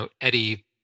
Eddie